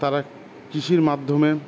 তারা কৃষির মাধ্যমে